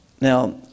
Now